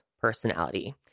personality